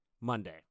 Monday